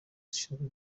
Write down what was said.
zishinzwe